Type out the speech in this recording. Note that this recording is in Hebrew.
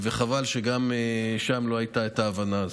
חבל שגם שם לא הייתה ההבנה הזאת.